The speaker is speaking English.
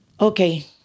Okay